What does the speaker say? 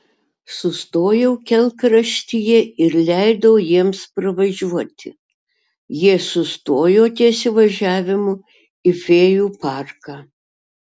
sustojau kelkraštyje ir leidau jiems pravažiuoti jie sustojo ties įvažiavimu į fėjų parką